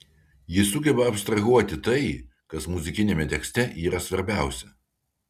ji sugeba abstrahuoti tai kas muzikiniame tekste yra svarbiausia